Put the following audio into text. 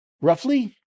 roughly